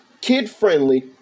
kid-friendly